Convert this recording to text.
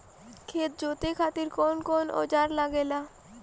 खेत जोते खातीर कउन कउन औजार लागेला?